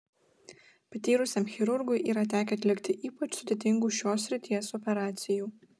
patyrusiam chirurgui yra tekę atlikti ypač sudėtingų šios srities operacijų